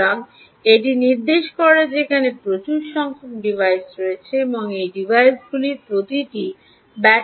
সুতরাং এটি নির্দেশ করে যে এখানে প্রচুর সংখ্যক ডিভাইস থাকবে এবং এই ডিভাইসগুলির প্রতিটি ব্যাটারি ব্যবহার করে চালিত